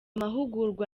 mahugurwa